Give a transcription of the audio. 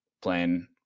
playing